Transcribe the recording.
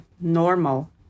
normal